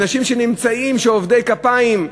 אנשים עובדי כפיים,